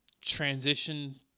transition